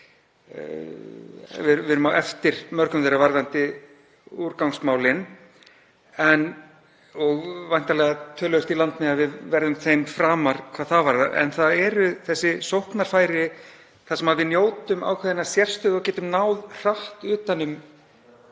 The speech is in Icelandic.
við erum á eftir mörgum nágrannalanda okkar varðandi úrgangsmálin og væntanlega töluvert í land með að við stöndum þeim framar hvað það varðar. En það eru þessi sóknarfæri þar sem við njótum ákveðinnar sérstöðu og getum náð hratt utan um